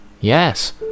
Yes